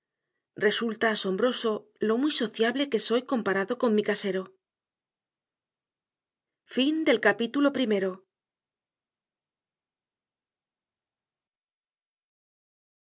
resulta asombroso lo muy sociable que soy comparado con mi casero capítulo